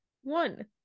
one